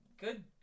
good